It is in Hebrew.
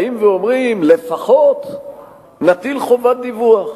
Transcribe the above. באים ואומרים, לפחות נטיל חובת דיווח.